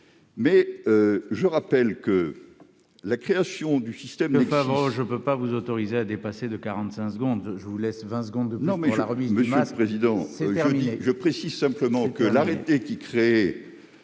mais je rappelle que la création de ce système ...